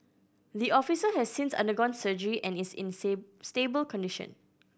the officer has since undergone surgery and is in stable condition